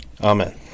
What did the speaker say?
Amen